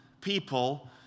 people